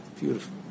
beautiful